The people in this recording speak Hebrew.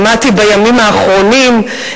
שמעתי בימים האחרונים,